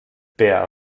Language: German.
per